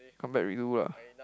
come back with you lah